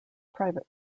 private